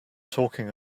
talking